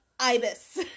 Ibis